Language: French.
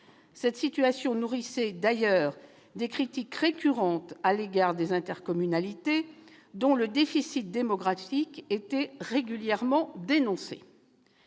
Cette situation nourrissait d'ailleurs des critiques récurrentes à l'égard des intercommunalités, dont le « déficit démocratique » était régulièrement dénoncé.